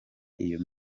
iyo